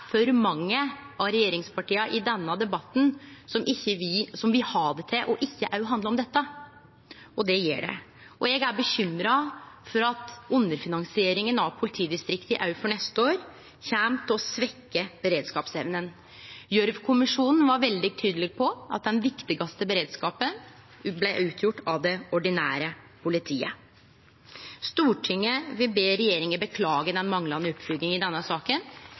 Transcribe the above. for mange av regjeringspartia i denne debatten som vil ha det til at det ikkje òg handlar om dette. Det gjer det. Eg er bekymra for at underfinansieringa av politidistrikta òg for neste år kjem til å svekkje beredskapsevna. Gjørv-kommisjonen var veldig tydeleg på at den viktigaste beredskapen blei utført av det ordinære politiet. Stortinget vil be regjeringa beklage den manglande oppfølginga i denne saka.